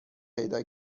پیدا